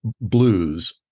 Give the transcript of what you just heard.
blues